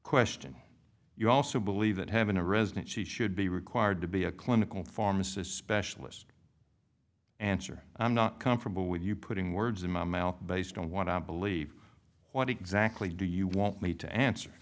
question you also believe that having a resident she should be required to be a clinical pharmacist specialist answer i'm not comfortable with you putting words in my mouth based on what i believe what exactly do you want me to answer